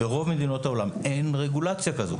ברוב מדינות העולם אין רגולציה כזו.